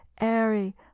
airy